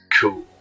Cool